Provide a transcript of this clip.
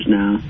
now